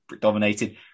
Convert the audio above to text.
dominated